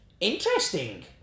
Interesting